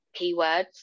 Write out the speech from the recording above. keywords